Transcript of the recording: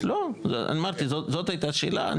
לא, אני אמרתי, זאת הייתה שאלה.